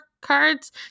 cards